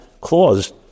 clause